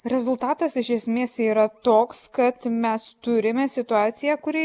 rezultatas iš esmės yra toks kad mes turime situaciją kuri